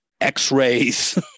x-rays